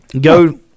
go